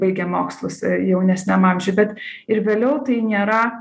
baigę mokslus jaunesniam amžiuj bet ir vėliau tai nėra